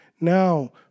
Now